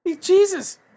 Jesus